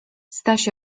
staś